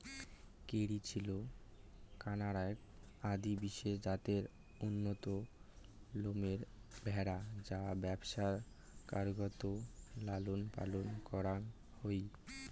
Kerry Hill, কানায়াক আদি বিশেষ জাতের উন্নত লোমের ভ্যাড়া যা ব্যবসার কারণত লালনপালন করাং হই